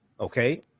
Okay